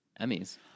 Emmys